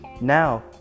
Now